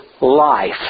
life